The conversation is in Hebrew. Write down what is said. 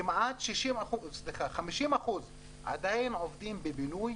כמעט 50% עדיין עובדים בבינוי,